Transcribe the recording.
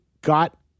got